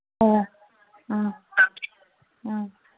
ꯑ ꯑ ꯑ